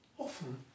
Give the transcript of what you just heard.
Often